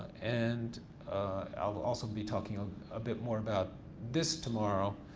and i'll also be talking um a bit more about this tomorrow.